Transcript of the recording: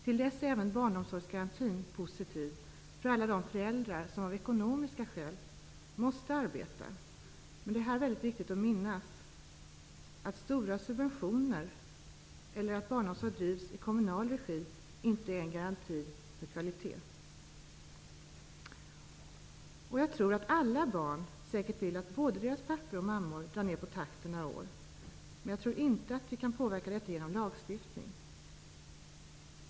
Till dess är även barnomsorgsgarantin positiv för alla de föräldrar som av ekonomiska skäl måste arbeta. Men det är mycket viktigt att minnas att stora subventioner eller barnomsorg i kommunal regi inte är en garanti för kvalitet. Jag tror att alla barn säkert vill att både deras pappor och mammor drar ner på takten några år, men vi kan inte påverka detta genom lagstiftning.